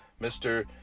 Mr